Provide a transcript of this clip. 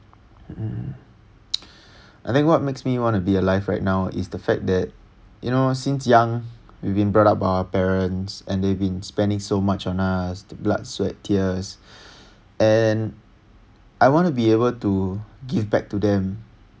mm I think what makes me want to be alive right now is the fact that you know since young we've been brought up by our parents and they been spending so much on us blood sweat tears and I want to be able to give back to them